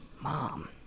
mom